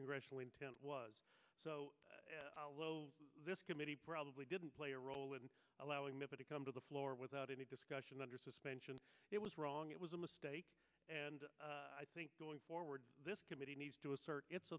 congressional intent was so this committee probably didn't play a role in allowing them to come to the floor without any discussion under suspension it was wrong it was a mistake and i think going forward this committee needs to assert it